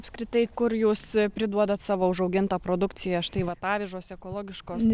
apskritai kur jūs priduodat savo užaugintą produkciją štai vat avižos ekologiškos